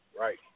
right